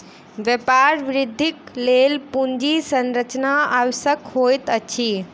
व्यापार वृद्धिक लेल पूंजी संरचना आवश्यक होइत अछि